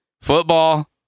football